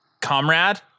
comrade